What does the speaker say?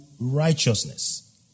righteousness